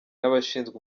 n’abashinzwe